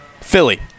Philly